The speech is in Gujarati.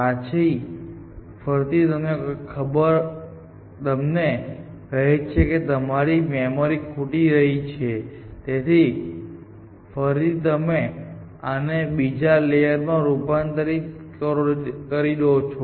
પછી ફરીથી કોઈ તમને કહે છે કે તમારી મેમરી ખૂટી રહી છે તેથી ફરીથી તમે આને બીજા લેયર માં રૂપાંતરીત કરી દો છો